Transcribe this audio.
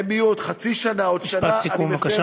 הן יהיו עוד חצי שנה, עוד שנה, משפט סיכום בבקשה.